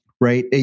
right